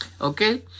Okay